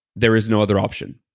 there is no other option.